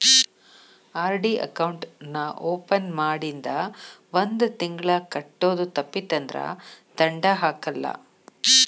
RD account ನಾ open ಮಾಡಿಂದ ಒಂದ್ ತಿಂಗಳ ಕಟ್ಟೋದು ತಪ್ಪಿತಂದ್ರ ದಂಡಾ ಹಾಕಲ್ಲ